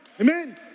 Amen